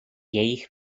jejich